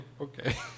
Okay